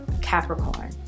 capricorn